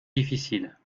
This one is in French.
difficile